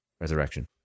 Resurrection